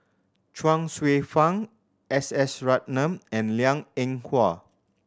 Chuang Hsueh Fang S S Ratnam and Liang Eng Hwa